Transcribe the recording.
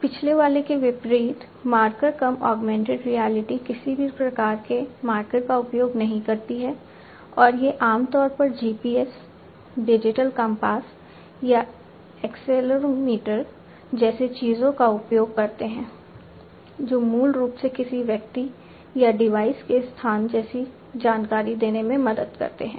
पिछले वाले के विपरीत मार्कर कम ऑगमेंटेड रियलिटी किसी भी प्रकार के मार्कर का उपयोग नहीं करती है और ये आमतौर पर GPS डिजिटल कम्पास या एक्सेलेरोमीटर जैसी चीजों का उपयोग करते हैं जो मूल रूप से किसी व्यक्ति या डिवाइस के स्थान जैसी जानकारी देने में मदद करते हैं